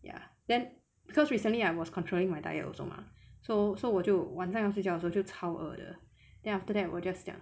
ya then because recently I was controlling my diet also mah so so 我就晚上要睡觉的时候就超饿的 then after that 我 just 这样